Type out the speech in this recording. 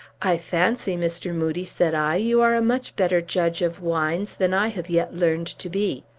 i fancy, mr. moodie, said i, you are a much better judge of wines than i have yet learned to be.